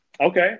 Okay